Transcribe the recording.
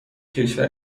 کشور